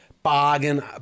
bargain